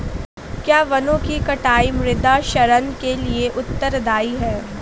क्या वनों की कटाई मृदा क्षरण के लिए उत्तरदायी है?